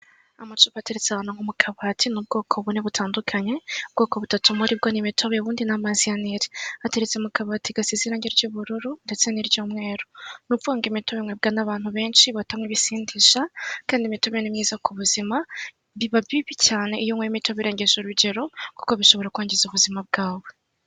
Amacupa ateretse ahantu mukabati ni ubwoko bune butandukanye ubwoko butatu muribwo ni imitobe ubundi ni amazi ya Nile. Ateretse mukabati gasize irangi ry'ubururu ndetse n'iryumweru. Ni ubuvuga ngo imitobe inywebwa n'abantu benshi batanywa ibisindisha kandi imitobe ni myiza kubuzima biba bibi cyane iyo unyweye unyweye imitobe irengeje urugero kuko bishobora kwangiza ubuzima bwawe.